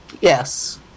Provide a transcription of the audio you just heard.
Yes